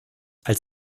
als